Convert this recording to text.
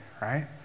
right